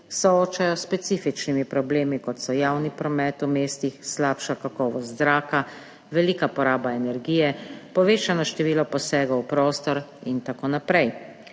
soočajo s specifičnimi problemi, kot so javni promet v mestih, slabša kakovost zraka, velika poraba energije, povečano število posegov v prostor in tako naprej.